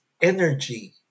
energy